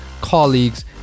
colleagues